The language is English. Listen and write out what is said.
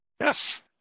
Yes